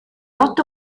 otto